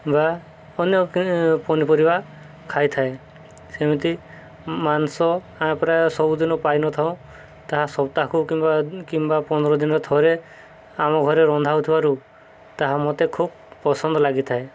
ବା ଅନ୍ୟ ପନିପରିବା ଖାଇଥାଏ ସେମିତି ମାଂସ ଆମେ ପ୍ରାୟ ସବୁଦିନ ପାଇନଥାଉ ତାହା ସପ୍ତାହକୁ କିମ୍ବା କିମ୍ବା ପନ୍ଦର ଦିନରେ ଥରେ ଆମ ଘରେ ରନ୍ଧା ହେଉଥିବାରୁ ତାହା ମୋତେ ଖୁବ ପସନ୍ଦ ଲାଗିଥାଏ